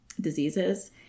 diseases